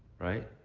right?